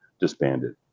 disbanded